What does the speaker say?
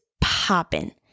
popping